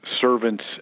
servants